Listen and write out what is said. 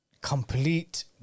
complete